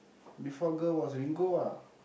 before girl was Ringo ah